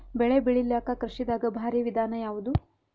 ಬೆಳೆ ಬೆಳಿಲಾಕ ಕೃಷಿ ದಾಗ ಭಾರಿ ವಿಧಾನ ಯಾವುದು?